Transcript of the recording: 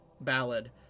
ballad